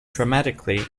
dramatically